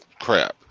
crap